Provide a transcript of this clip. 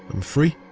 i'm free?